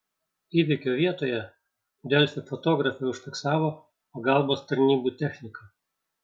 įvykio vietoje delfi fotografė užfiksavo pagalbos tarnybų techniką